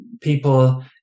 people